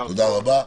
תודה רבה.